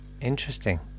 interesting